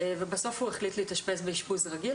בסוף הוא החליט להתאשפז באשפוז רגיל,